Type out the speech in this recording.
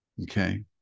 Okay